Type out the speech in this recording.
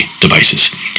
devices